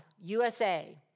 USA